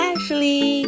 Ashley